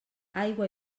aigua